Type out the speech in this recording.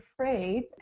afraid